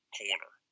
corner